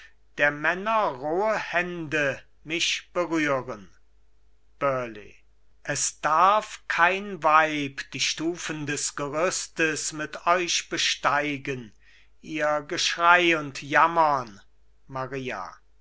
der männer rohe hände mich berühren burleigh es darf kein weib die stufen des gerüstes mit euch besteigen ihr geschrei und jammern maria